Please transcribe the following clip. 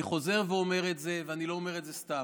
אני חוזר ואומר את זה, ואני לא אומר את זה סתם: